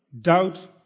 doubt